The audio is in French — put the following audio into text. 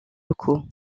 locaux